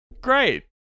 Great